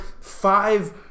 five